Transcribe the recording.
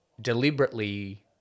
deliberately